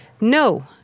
No